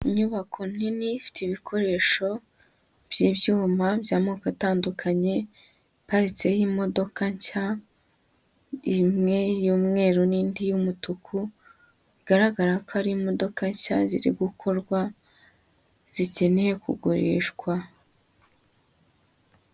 Inyubako nini ifite ibikoresho by'ibyuma by'amoko atandukanye, iparitseho imodoka nshya, imwe y'umweru nindi y'umutuku bigaragara ko ari imodoka nshya ziri gukorwa zikeneye kugurishwa.